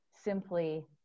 simply